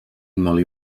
molí